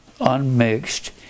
unmixed